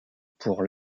pour